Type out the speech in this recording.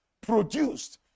produced